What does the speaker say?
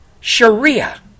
Sharia